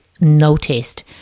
Noticed